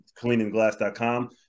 cleaningglass.com